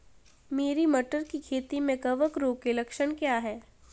मेरी मटर की खेती में कवक रोग के लक्षण क्या हैं?